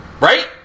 Right